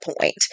point